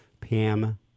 Pam